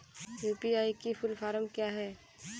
UPI की full form क्या है?